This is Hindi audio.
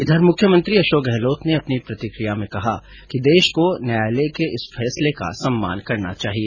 इधर मुख्यमंत्री अशोक गहलोत ने अपनी प्रतिकिया में कहा कि देश को न्यायालय के इस फैसले का सम्मान करना चाहिए